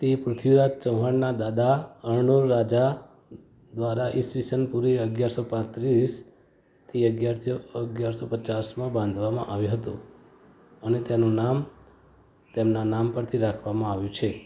તે પૃથ્વીરાજ ચૌહાણના દાદા અર્ણોરાજ દ્વારા ઇ સ પૂર્વે અગિયારસો પાંત્રીસથી અગિયારથો અગિયારસો પચાસમાં બાંધવામાં આવ્યું હતું અને તેનું નામ તેમના નામ પરથી રાખવામાં આવ્યું છે